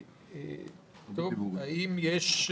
האם נמצא